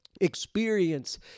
experience